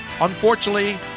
Unfortunately